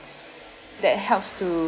that helps to